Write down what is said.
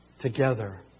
together